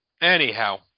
Anyhow